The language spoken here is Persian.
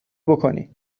بکنی